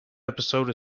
episode